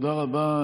תודה רבה.